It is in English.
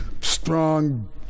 strong